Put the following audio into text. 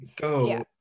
Go